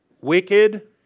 Wicked